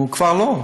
הוא כבר לא.